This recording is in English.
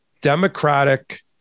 Democratic